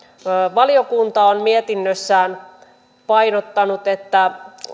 valiokunta on mietinnössään painottanut että